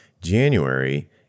January